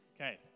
Okay